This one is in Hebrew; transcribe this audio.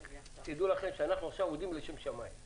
אז, דעו לכם, שאנחנו עובדים עכשיו לשם שמים.